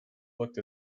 looked